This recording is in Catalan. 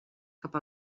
cap